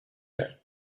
them